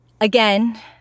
again